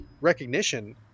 recognition